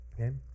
okay